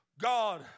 God